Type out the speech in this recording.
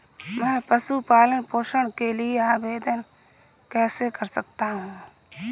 मैं पशु पालन पोषण के लिए आवेदन कैसे कर सकता हूँ?